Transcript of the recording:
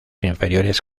inferiores